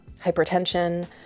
hypertension